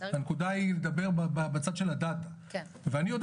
הנקודה היא לדבר בצד של DATA ואני יודע